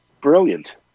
Brilliant